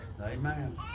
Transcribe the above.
Amen